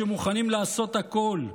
שמוכנים לעשות הכול,